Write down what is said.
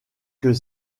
que